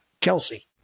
Kelsey